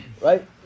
right